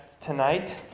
tonight